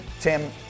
Tim